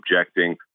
objecting